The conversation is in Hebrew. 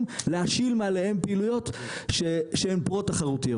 להשיר מעליהם פעילות שהן פרו-תחרותיות.